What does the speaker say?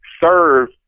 serve